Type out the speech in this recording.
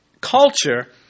culture